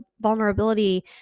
vulnerability